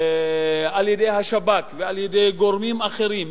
על-ידי השב"כ ועל-ידי גורמים אחרים,